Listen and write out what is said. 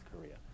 Korea